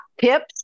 tips